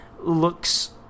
looks